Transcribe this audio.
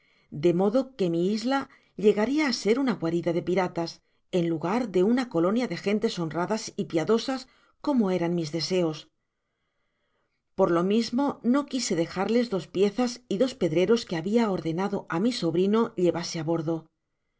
de modo que mi isla llegaria á ser una guarida de piratas en lugar de una colonia de gentes honradas y piadosas como eran mis deseos por lo mismo no quise dejarles dos piezas y dos pedreros que habia ordenado á mi sobrino llevase á bordo